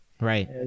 right